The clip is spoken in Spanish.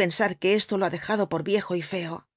pensar que esto lo ha dejado por viejo y feo